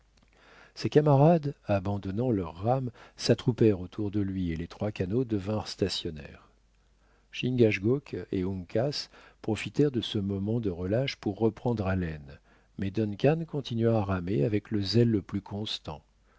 ses camarades abandonnant leurs rames s'attroupèrent autour de lui et les trois canots devinrent stationnaires jb et uncas profitèrent de ce moment de relâche pour reprendre haleine mais duncan continua à ramer avec le zèle le plus constant